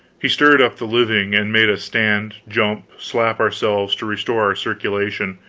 he stirred up the living, and made us stand, jump, slap ourselves, to restore our circulation,